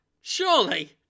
Surely